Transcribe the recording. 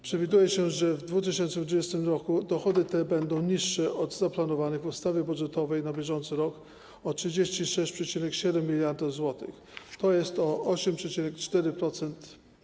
Przewiduje się, że w 2020 r. dochody te będą niższe od zaplanowanych w ustawie budżetowej na bieżący rok o 36,7 mld zł, tj. o 8,4%.